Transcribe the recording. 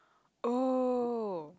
oh